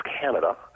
Canada